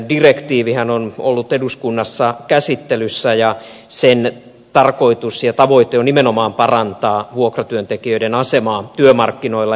vuokratyödirektiivihän on ollut eduskunnassa käsittelyssä ja sen tarkoitus ja tavoite on nimenomaan parantaa vuokratyöntekijöiden asemaa työmarkkinoilla